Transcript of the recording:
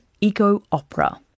eco-opera